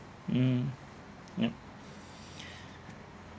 mm yup